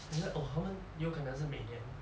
很像 oh 他们有可能是每年